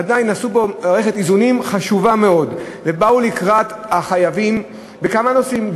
עדיין עשו בו מערכת איזונים חשובה מאוד ובאו לקראת החייבים בכמה נושאים,